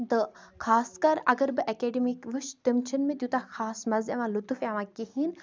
تہٕ خاص کر اگر بہٕ ایٚکیڈِمِک وٕچھِ تٔمۍ چھنہٕ مےٚ تیوٗتاہ خاص مَزٕ یِوان لُطُف یِوان کِہیٖنۍ